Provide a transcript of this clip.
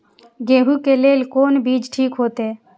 गेहूं के लेल कोन बीज ठीक होते?